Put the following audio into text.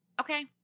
Okay